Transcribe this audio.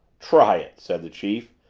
try it! said the chief.